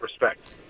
respect